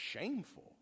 shameful